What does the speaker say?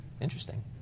Interesting